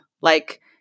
Like-